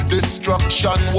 Destruction